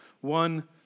one